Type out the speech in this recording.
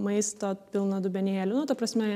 maisto pilną dubenėlį nu ta prasme